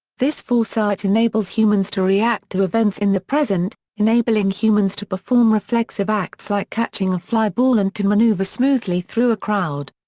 this foresight enables humans to react to events in the present, enabling humans to perform reflexive acts like catching a fly ball and to maneuver smoothly through a crowd.